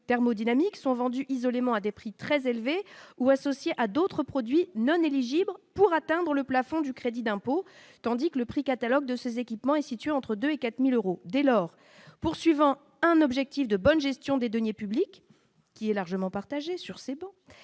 thermodynamique sont vendus isolé ment à des prix très élevés ou associé à d'autres produits non éligible pour atteindre le plafond du crédit d'impôt, tandis que le prix catalogue de ses équipements et située entre 2 et 4000 euros, dès lors, poursuivant un objectif de bonne gestion des deniers publics qui est largement partagée sur ces cet